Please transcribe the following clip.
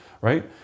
right